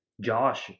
Josh